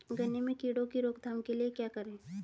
गन्ने में कीड़ों की रोक थाम के लिये क्या करें?